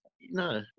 no